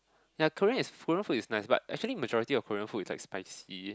ya Korean is Korean food is nice but actually majority of Korean food is like spicy